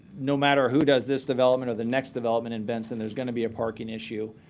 no matter who does this development or the next development in benson, there's going to be a parking issue.